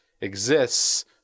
exists